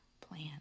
plan